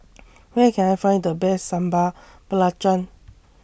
Where Can I Find The Best Sambal Belacan